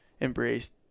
embraced